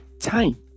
time